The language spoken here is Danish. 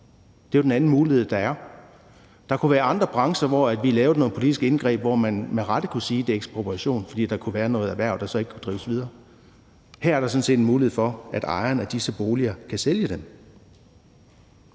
Det er jo den anden mulighed, der er. Der kunne være andre brancher, hvor vi lavede et politisk indgreb, og hvor man med rette kunne sige, at det var ekspropriation, fordi der kunne være et erhverv, der så ikke kunne drives videre. Her er der sådan set en mulighed for, at ejeren af disse boliger kan sælge dem.